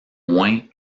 moins